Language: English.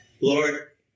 Lord